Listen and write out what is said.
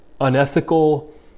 unethical